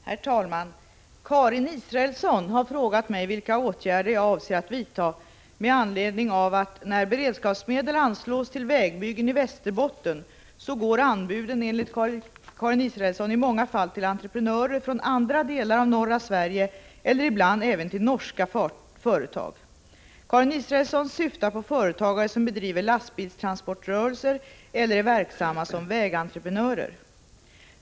Herr talman! Karin Israelsson har frågat mig vilka åtgärder jag avser att vidta med anledning av att när beredskapsmedel anslås till vägbyggen i Västerbotten anbuden enligt Karin Israelsson i många fall går till entreprenörer från andra delar av norra Sverige eller ibland även till norska företag. Karin Israelsson syftar på företagare som bedriver lastbilstransportrörelser eller är verksamma som vägentreprenörer.